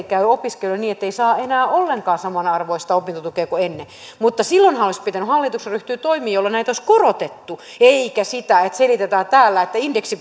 käy opiskelijoille niin ettei saa enää ollenkaan samanarvoista opintotukea kuin ennen mutta silloinhan olisi pitänyt hallituksen ryhtyä toimiin jolloin näitä olisi korotettu eikä siihen että selitetään täällä että indeksi